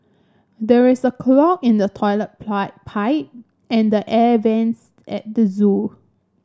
there is a clog in the toilet pipe and the air vents at the zoo